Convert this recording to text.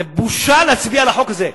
זה בושה להצביע על החוק הזה.